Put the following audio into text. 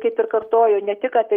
kaip ir kartoju ne tik apie